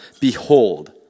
Behold